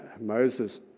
Moses